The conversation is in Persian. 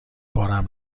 بارم